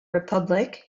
republic